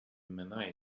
menai